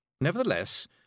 Nevertheless